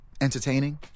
entertaining